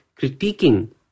critiquing